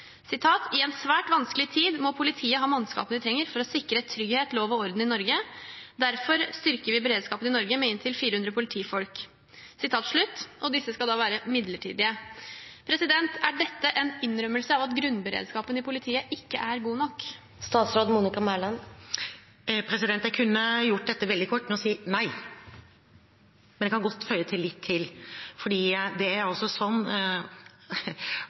en svært vanskelig tid, må politiet ha mannskapene de trenger for å sikre trygghet, lov og orden i Norge. Derfor styrker vi beredskapen i Norge med inntil 400 politifolk.» Er dette en innrømmelse av at grunnberedskapen i politiet ikke er god nok?» Jeg kunne gjort dette veldig kort ved å si nei, men jeg kan godt føye til litt til. For det er altså